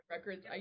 Records